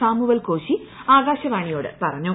Samuel Koshy ആകാശവാണിയോട് പറഞ്ഞു